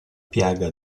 piaga